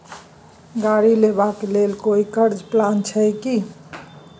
गाड़ी लेबा के लेल कोई कर्ज प्लान छै की?